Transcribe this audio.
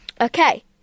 Okay